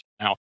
Now